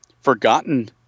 forgotten